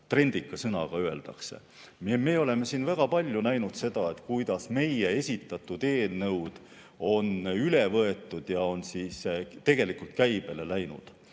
trendikat sõna kasutades öeldakse. Me oleme siin väga palju näinud, kuidas meie esitatud eelnõud on üle võetud ja on tegelikult käibele läinud.